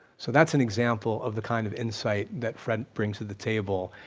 so that's an example of the kind of insight that fred brings to the table,